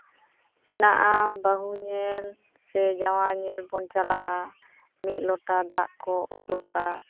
ᱦᱮᱱᱟᱜᱼᱟ ᱵᱟᱹᱦᱩ ᱧᱮᱞ ᱥᱮ ᱡᱟᱶᱟᱭ ᱧᱮᱞ ᱵᱚᱱ ᱪᱟᱞᱟᱜᱼᱟ ᱢᱤᱫ ᱞᱚᱴᱟ ᱫᱟᱜ ᱠᱚ ᱩᱰᱩᱠᱟ